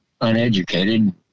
uneducated